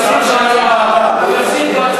אני מבקשת דיון במליאה.